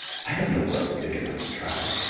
i have no brother big enough to travel.